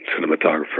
cinematographer